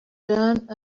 done